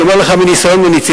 אני אומר לך מניסיון מוניציפלי,